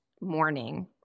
morning